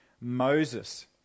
Moses